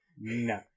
No